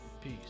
Peace